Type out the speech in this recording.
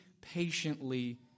patiently